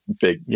big